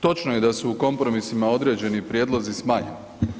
Točno je da su u kompromisima određeni prijedlozi smanjeni.